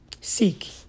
Seek